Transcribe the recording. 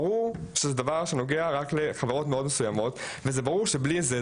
ברור שזה דבר שנוגע רק לחברות מאוד מסוימות וזה ברור שבלי הדבר הזה,